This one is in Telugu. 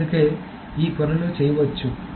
అందుకే ఈ పనులు చేయవచ్చు